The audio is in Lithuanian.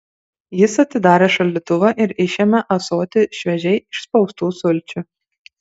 jis atidarė šaldytuvą ir išėmė ąsotį šviežiai išspaustų sulčių